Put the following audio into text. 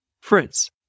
Fritz